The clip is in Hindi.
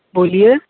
बोलिए